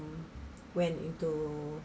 when into